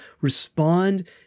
respond